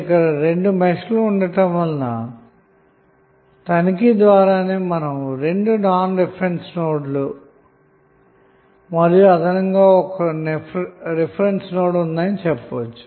ఇక్కడ రెండు మెష్లు ఉండటం వలన తనిఖీ ద్వారా నే మనం రెండు నాన్ రిఫరెన్స్ నోడ్లు మరియు అదనంగా ఒక రిఫరెన్స్ నోడ్ ఉన్నాయని చెప్పవచ్చు